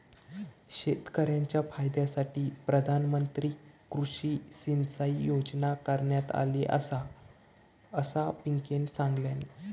शेतकऱ्यांच्या फायद्यासाठी प्रधानमंत्री कृषी सिंचाई योजना करण्यात आली आसा, असा पिंकीनं सांगल्यान